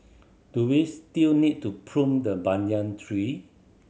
do we still need to prune the banyan tree